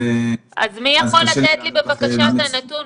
אז מי יכול לתת לי, בבקשה, את הנתון?